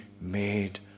made